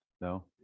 No